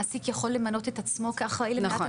מעסיק יכול למנות את עצמו כאחראי למניעת